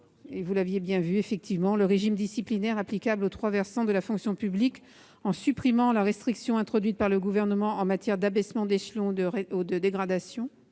commission a en effet renforcé le régime disciplinaire applicable aux trois versants de la fonction publique en supprimant la restriction introduite par le Gouvernement en matière d'abaissement d'échelon ou de dégradation,